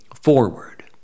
forward